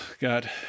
God